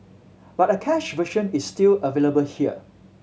but a cached version is still available here